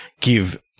give